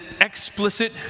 explicit